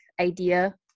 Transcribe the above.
idea